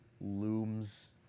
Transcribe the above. looms